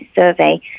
survey